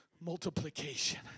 multiplication